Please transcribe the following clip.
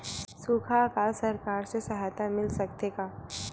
सुखा अकाल सरकार से सहायता मिल सकथे का?